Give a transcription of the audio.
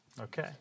Okay